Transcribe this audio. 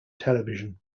television